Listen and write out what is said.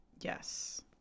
Yes